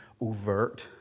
overt